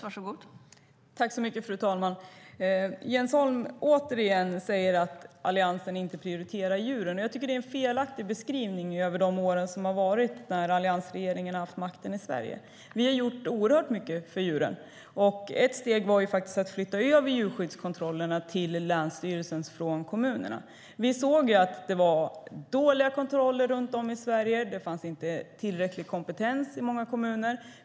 Fru talman! Återigen säger Jens Holm att Alliansen inte prioriterar djuren. Jag tycker att det är en felaktig beskrivning av de år som alliansregeringen har haft makten i Sverige. Vi har gjort oerhört mycket för djuren. Ett steg var att flytta över djurskyddskontrollerna till länsstyrelserna från kommunerna. Vi såg att det var dåliga kontroller runt om i Sverige. Det fanns inte tillräcklig kompetens i många kommuner.